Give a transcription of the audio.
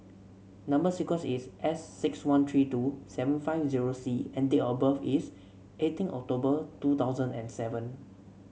number sequence is S six one three two seven five zero C and date of birth is eighteen October two thousand and seven